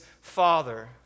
father